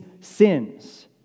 sins